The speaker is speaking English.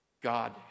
God